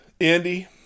Andy